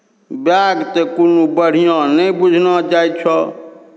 bag तऽ कोनो बढ़िआँ नहि बुझना जाइत छह